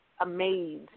amazed